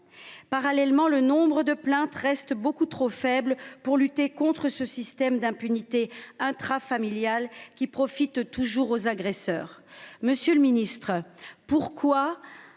Parallèlement, le nombre de plaintes reste beaucoup trop faible pour lutter contre ce système d’impunité intrafamiliale, qui profite toujours aux agresseurs.